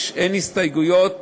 אין הסתייגויות.